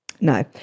No